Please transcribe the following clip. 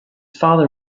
father